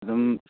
ꯑꯗꯨꯝ